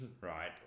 Right